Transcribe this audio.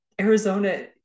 Arizona